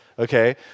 Okay